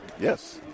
yes